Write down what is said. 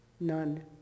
none